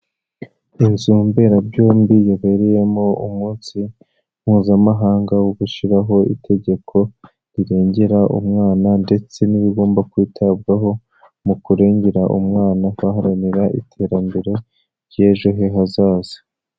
Inzumberabyombi yabereyemo umunsi mpuzamahanga wo gushyiraho itegeko rirengera umwana ndetse n'ibigomba kwitabwaho mu kurengera umwana baharanira iterambere ry'ejo he hazaza.